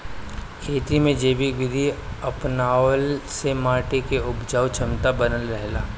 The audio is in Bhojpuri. खेती में जैविक विधि अपनवला से माटी के उपजाऊ क्षमता बनल रहेला